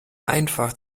einfach